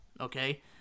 okay